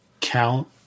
count